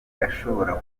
ashobora